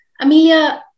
Amelia